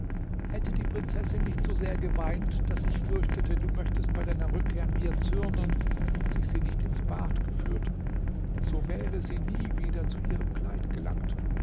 hätte die prinzessin nicht so sehr geweint daß ich fürchtete du möchtest bei deiner rückkehr mir zürnen daß ich sie nicht ins bad geführt so wäre sie nie wieder zu ihrem kleid gelangt